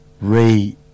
re